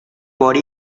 por